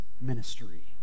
ministry